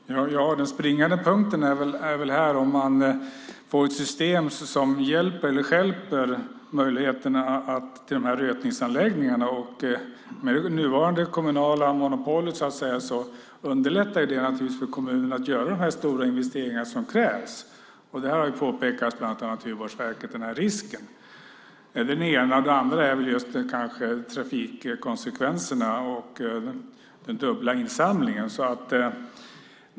Fru talman! Den springande punkten är väl om man får ett system som hjälper eller stjälper möjligheten till rötningsanläggningar. Det nuvarande kommunala monopolet underlättar naturligtvis för kommunerna att göra de stora investeringar som krävs. Det har påpekats bland annat av Naturvårdsverket. Det är det ena. Det andra är trafikkonsekvenserna och den dubbla insamlingen.